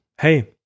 Hey